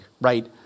right